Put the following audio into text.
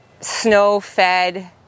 snow-fed